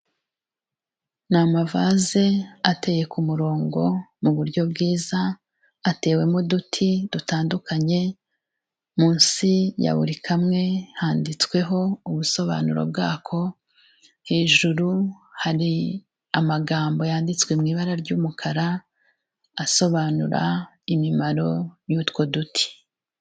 Ni amavaze ateye ku murongo mu buryo bwiza atewemo uduti dutandukanye, munsi ya buri kamwe handitsweho ubusobanuro bwako, hejuru hari amagambo yanditswe mu ibara ry'umukara asobanura imimaro y'utwo duti.